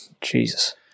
Jesus